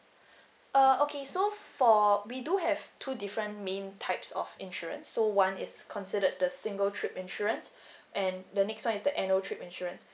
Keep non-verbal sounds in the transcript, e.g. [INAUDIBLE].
uh okay so for we do have two different main types of insurance so one is considered the single trip insurance [BREATH] and the next one is the annual trip insurance